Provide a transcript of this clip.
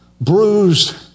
bruised